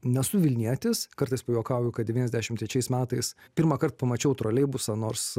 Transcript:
nesu vilnietis kartais pajuokauju kad devyniasdešim trečiais metais pirmąkart pamačiau troleibusą nors